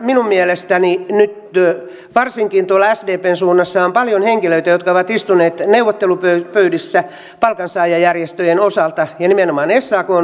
minun mielestäni nyt varsinkin tuolla sdpn suunnassa on paljon henkilöitä jotka ovat istuneet neuvottelupöydissä palkansaajajärjestöjen osalta ja nimenomaan sakn osalta